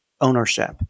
ownership